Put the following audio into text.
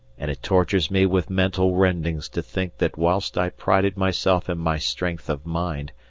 and it tortures me with mental rendings to think that whilst i prided myself in my strength of mind,